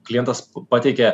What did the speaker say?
klientas pateikia